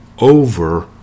over